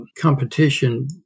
competition